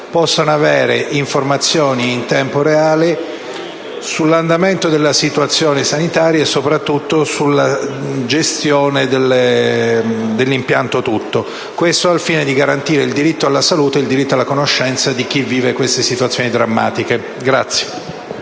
possano avere informazioni in tempo reale sull'andamento della situazione sanitaria e soprattutto sulla gestione di tutto impianto. Il fine è quello di garantire il diritto alla salute e il diritto alla conoscenza di chi vive queste drammatiche situazioni.